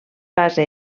base